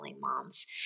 moms